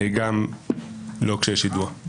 גם לא כשיש יידוע.